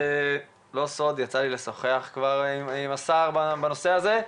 זה לא סוד שיצא לי לשוחח עם השר בנושא הזה.